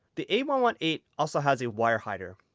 the a one one eight also has a wire hider.